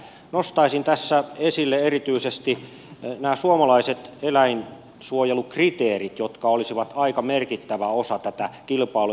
nostaisin tässä esille erityisesti nämä suomalaiset eläinsuojelukriteerit jotka olisivat aika merkittävä osa tätä kilpailua